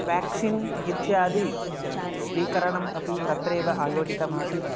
vaccine इत्यादिस्वीकरणम् अपि तत्रैव आयोजितमासीत्